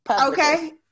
Okay